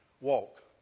Walk